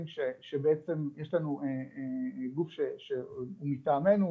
שבעצם יש לנו גוף שהוא שמטעמנו,